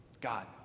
God